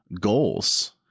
goals